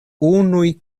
unuj